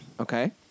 Okay